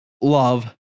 love